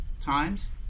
times